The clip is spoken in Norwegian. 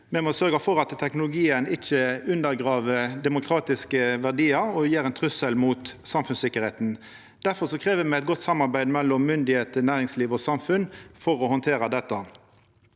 Me må sørgja for at teknologien ikkje undergrev demokratiske verdiar og blir ein trussel mot samfunnssikkerheita. Difor krev me eit godt samarbeid mellom myndigheiter, næringsliv og samfunn for å handtera dette.